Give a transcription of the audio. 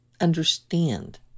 understand